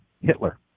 Hitler